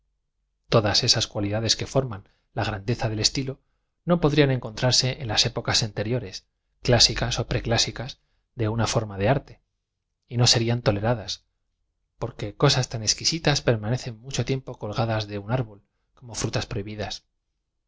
todas esas cualidades que forman la grandeza del estilo no podrían encontrarse en las épocas anteriores clásicas ó pre ciásicas de una íorm a de arte y no serían tole radas porque cosas tan exquisitas permanecen mucho tiempo colgadas de su árbol como frutas prohibidas